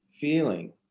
feeling